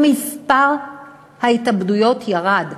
ומספר ההתאבדויות ירד.